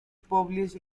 publish